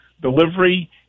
delivery